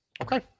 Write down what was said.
Okay